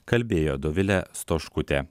kalbėjo dovilė stoškutė